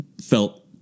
felt